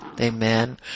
Amen